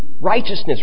righteousness